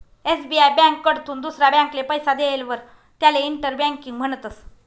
SBI ब्यांककडथून दुसरा ब्यांकले पैसा देयेलवर त्याले इंटर बँकिंग म्हणतस